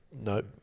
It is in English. Nope